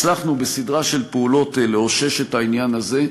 הצלחנו, בסדרת פעולות, לאושש את העניין הזה.